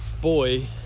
boy